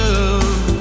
love